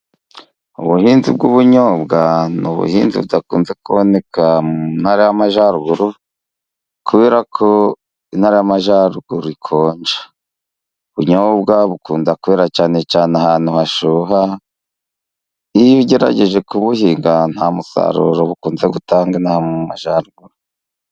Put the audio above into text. Ubuhinzi bw'ubunyobwa n'ubuhinzi budakunze kuboneka mu ntara y'Amajyaruguru, kubera ko intara y'Amajyaruguru ikonja. Ubunyobwa bukunda kwira cyane cyane ahantu hashyuha niyo ugerageje kubuhinga nta musaruro bukunze gutanga inaha mumajyaruguru.